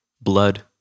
blood